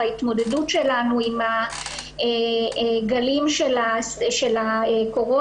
בהתמודדות שלנו עם הגלים של הקורונה,